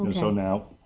and so now,